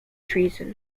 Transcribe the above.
treason